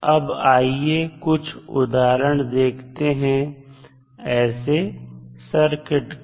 अब आइए कुछ उदाहरण देखते हैं ऐसे सर्किट का